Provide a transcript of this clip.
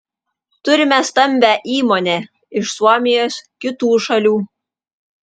turime stambią įmonę iš suomijos kitų šalių